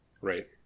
Right